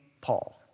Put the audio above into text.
Paul